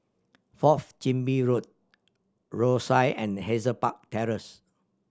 Fourth Chin Bee Road Rosyth and Hazel Park Terrace